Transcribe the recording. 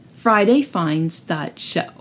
fridayfinds.show